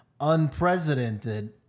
unprecedented